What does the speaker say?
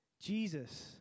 Jesus